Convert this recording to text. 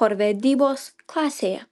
chorvedybos klasėje